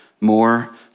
more